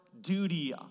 duty